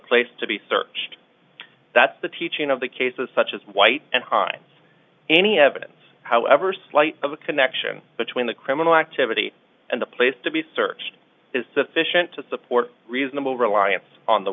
place to be searched that's the teaching of the cases such as white and hines any evidence however slight of a connection between the criminal activity and the place to be searched is sufficient to support reasonable reliance on the